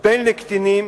בין לקטינים,